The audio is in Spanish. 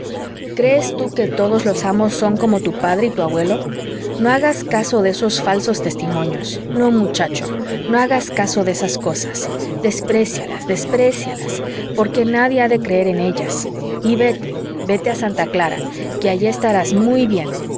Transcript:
crees tú que todos los amos son como tu padre y tu abuelo no hagas caso de esos falsos testimonios no muchacho no hagas caso de esas cosas desprecialas desprecialas porque nadie ha de creer en ellas y vete vete a santa clara que allí estarás muy bien